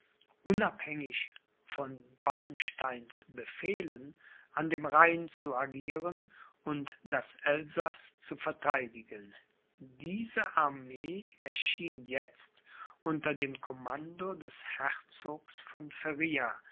unabhängig von wallensteins befehlen an dem rhein zu agieren und das elsaß zu vertheidigen diese armee erschien jetzt unter dem commando des herzogs von